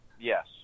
Yes